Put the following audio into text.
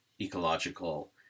ecological